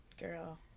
Girl